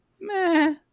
meh